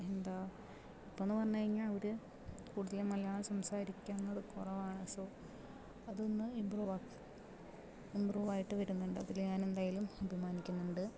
എന്താ ഇപ്പോൾ എന്ന് പറഞ്ഞു കഴിഞ്ഞാൽ അവര് കൂടുതലും മലയാളം സംസാരിക്കാൻ വരുന്നത് കുറവാണ് സൊ അതൊന്ന് ഇമ്പ്രൂവ് ആകാൻ ഇമ്പ്രൂവായിട്ട് വരുന്നുണ്ട് അതില് ഞാൻ എന്തായാലും അഭിമാനിക്കുന്നുണ്ട്